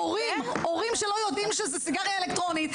הורים שלא יודעים שזו סיגריה אלקטרונית,